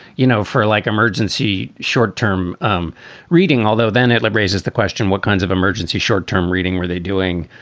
you know, for like emergency short term um reading. although then it raises the question, what kinds of emergency, short term reading were they doing?